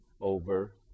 over